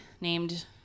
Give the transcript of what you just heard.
named